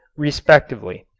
respectively.